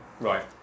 Right